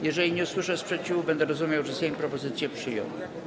Jeżeli nie usłyszę sprzeciwu, będę rozumiał, że Sejm propozycję przyjął.